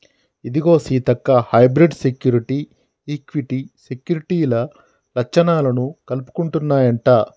ఇదిగో Seethakka hybrid security, equity సెక్యూరిటీల లచ్చణాలను కలుపుకుంటన్నాయంట